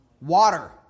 Water